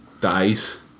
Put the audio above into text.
dies